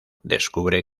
descubre